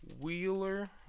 Wheeler